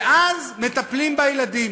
ואז מטפלים בילדים.